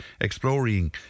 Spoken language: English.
exploring